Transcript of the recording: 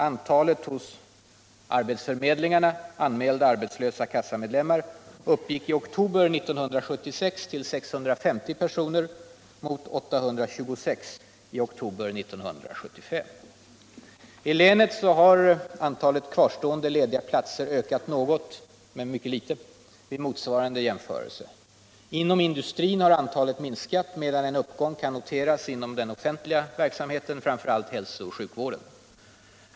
Antalet hos arbetsförmedlingarna anmälda arbetslösa kassamedlemmar uppgick i oktober 1976 till 650 personer mot 826 i oktober 1975. I länet har antalet kvarstående lediga platser ökat — men bara litet —- vid motsvarande jämförelse. Inom industrin har antalet minskat medan én uppgång kan noteras inom offentlig verksamhet — främst hälsooch sjukvård.